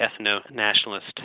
ethno-nationalist